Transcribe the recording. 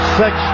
six